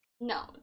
No